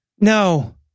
No